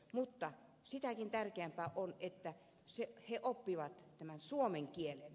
mutta sitäkin tärkeämpää on että he oppivat suomen kielen